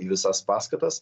į visas paskatas